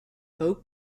oak